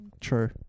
True